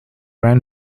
ran